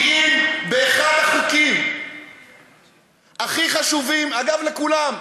כי אם באחד החוקים הכי חשובים, אגב, לכולם.